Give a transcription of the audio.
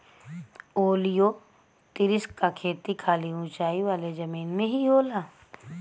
ओलियोतिरिस क खेती खाली ऊंचाई वाले जमीन में ही होला